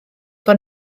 bod